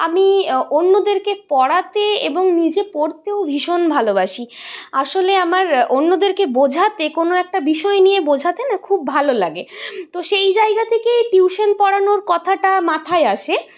আমি অন্যদেরকে পড়াতে এবং নিজে পড়তেও ভীষণ ভালোবাসি আসলে আমার অন্যদেরকে বোঝাতে কোনো একটা বিষয় নিয়ে বোঝাতে না খুব ভালো লাগে তো সেই জায়গা থেকেই টিউশন পড়ানোর কথাটা মাথায় আসে